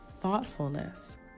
thoughtfulness